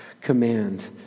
command